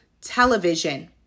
television